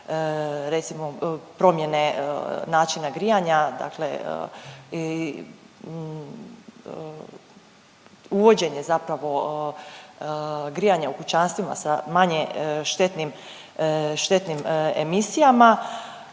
recimo promjene načina grijanja, dakle uvođenje zapravo grijanja u kućanstvima sa manje štetnim, štetnim emisijama.